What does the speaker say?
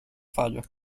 fallo